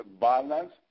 balance